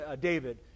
David